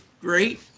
great